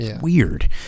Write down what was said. Weird